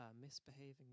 misbehaving